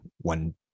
one